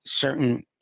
certain